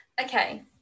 Okay